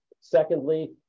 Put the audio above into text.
Secondly